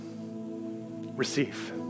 receive